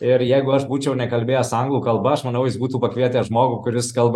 ir jeigu aš būčiau nekalbėjęs anglų kalba aš manau jis būtų pakvietęs žmogų kuris kalba